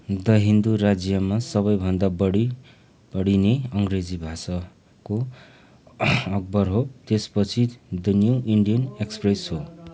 the Hindu राज्यमा सबैभन्दा बढी पढिने अङ्ग्रेजी भाषाको अखबार हो त्यसपछि द न्यू इन्डियन एक्सप्रेस हो